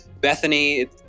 Bethany